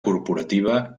corporativa